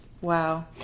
wow